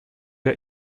der